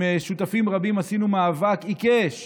שותפים רבים ניהלנו מאבק עיקש